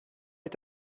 est